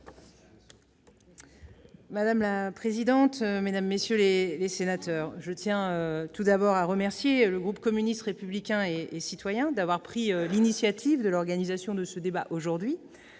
Madame la présidente, mesdames, messieurs les sénateurs, je tiens tout d'abord à remercier le groupe communiste républicain et citoyen d'avoir pris l'initiative de l'organisation de ce débat aujourd'hui.